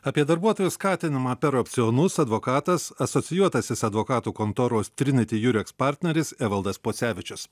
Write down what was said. apie darbuotojų skatinimą per opcionus advokatas asocijuotasis advokatų kontoros triniti jureks partneris evaldas pocevičius